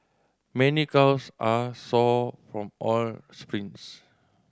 many calves are sore from all sprints